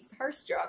starstruck